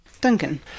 Duncan